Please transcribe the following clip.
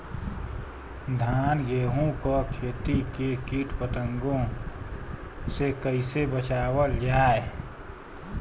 धान गेहूँक खेती के कीट पतंगों से कइसे बचावल जाए?